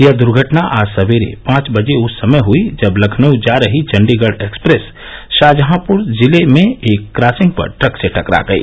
यह दुर्घटना आज सवेरे पांच बजे उस समय हई जब लखनऊ जा रही चंडीगढ एक्सप्रेस शाहजहांपुर जिले में एक क्रॉसिंग पर ट्रक से टकरा गई